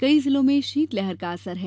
कई जिलों में शीतलहर का असर है